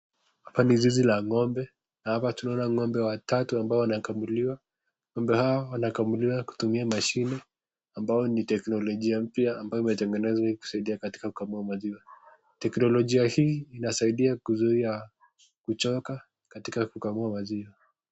Hapa ni zizi la ng'ombe. Hapa tunaona ng'ombe watatu ambao wanakamuliwa. Ng'ombe hao wanakamuliwa kutumia mashine ambao ni teknolojia mpya ambao imetengenezwa kusaidia katika kukamua maziwa. Teknolijia hii inasaidia kuzuia kuchoka katika kukamua maziwa.